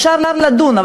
אפשר לדון,